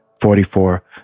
forty-four